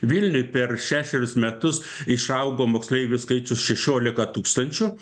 vilniuj per šešerius metus išaugo moksleivių skaičius šešiolika tūkstančių